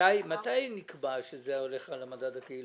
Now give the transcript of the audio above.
מתי נקבע שזה לפי המדד הקהילתי?